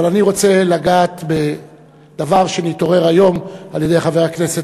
אבל אני רוצה לגעת בדבר שנתעורר היום על-ידי חבר הכנסת